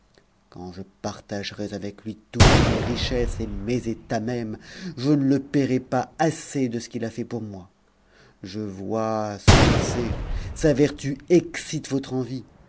quand je partagerais avec lui toutes mes richesses et mes états mêmes je ne le paierais pas assez de ce qu'il a fait pour moi je vois ce que c'est sa vertu excite votre envie